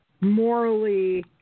morally